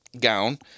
gown